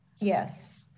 Yes